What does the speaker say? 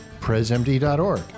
presmd.org